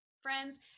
Friends